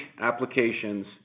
applications